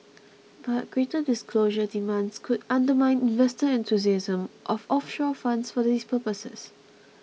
but greater disclosure demands could undermine investor enthusiasm of offshore funds for these purposes